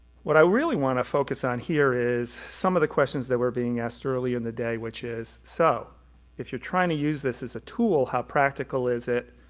what i really want to focus on here is some of the questions that were being asked earlier in the day which is, so if you're trying to use this as a tool, how practical is it,